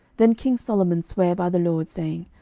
then king solomon sware by the lord, saying,